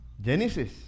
Genesis